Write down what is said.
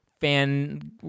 fan